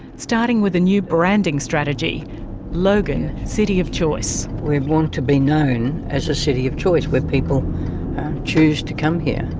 starting with a new branding strategy logan, city of choice. we want to be known as a city of choice where people choose to come here,